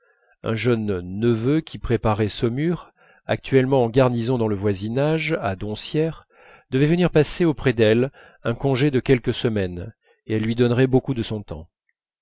un jeune neveu qui préparait saumur actuellement en garnison dans le voisinage à doncières devait venir passer auprès d'elle un congé de quelques semaines et elle lui donnerait beaucoup de son temps